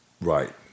Right